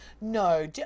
No